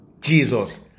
Jesus